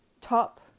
top